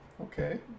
Okay